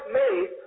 made